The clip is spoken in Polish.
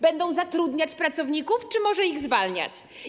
Będą zatrudniać pracowników czy może ich zwalniać?